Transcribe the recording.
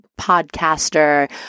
podcaster